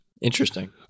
Interesting